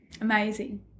Amazing